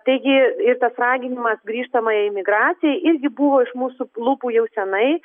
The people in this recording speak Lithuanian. taigi ir tas raginimas grįžtamajai imigracijai irgi buvo iš mūsų lūpų jau senai